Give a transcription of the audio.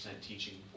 teaching